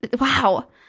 wow